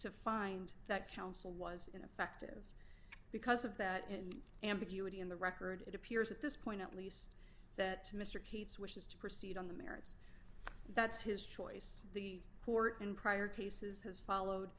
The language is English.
to find that counsel was ineffective because of that in ambiguity in the record it appears at this point at least that mr keats wishes to proceed on the merits that's his choice the court in prior cases has followed